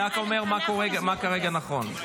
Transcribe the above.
אני רק אומר מה כרגע נכון.